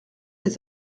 des